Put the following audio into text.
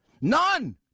None